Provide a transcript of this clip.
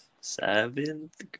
seventh